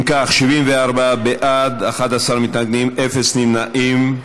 אם כך, 74 בעד, 11 מתנגדים, אין נמנעים.